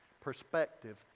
perspective